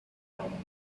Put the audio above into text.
opinion